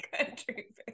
Country